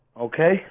Okay